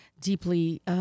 deeply